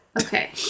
okay